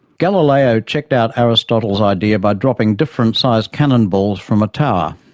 galileo checked out aristotle's idea by dropping different size cannon balls from a tower.